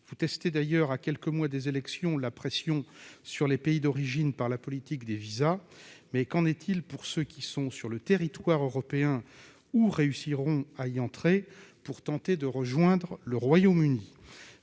Vous testez d'ailleurs, à quelques mois de l'élection présidentielle, la pression sur les pays d'origine par la politique des visas. Cependant, qu'en est-il pour ceux qui sont sur le territoire européen ou qui réussiront à y entrer pour tenter de rejoindre le Royaume-Uni ?